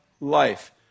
life